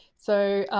so